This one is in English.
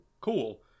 cool